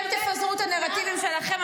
אתם תפזרו את הנרטיבים שלכם,